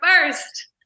first